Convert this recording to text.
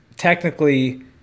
technically